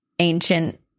ancient